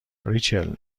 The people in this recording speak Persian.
ریچل